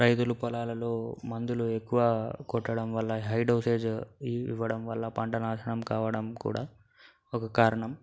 రైతుల పొలాలలో మందులు ఎక్కువ కొట్టడం వల్ల హై డోసేజు ఇవ్వడం వల్ల పంట నాశనం కావడం కూడా ఒక కారణం